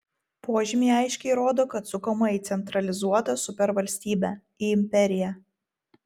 požymiai aiškiai rodo kad sukama į centralizuotą supervalstybę į imperiją